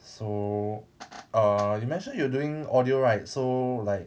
so err you mentioned you are doing audio right so like